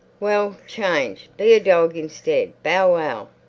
well, change! be a dog instead! bow-wow!